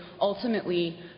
ultimately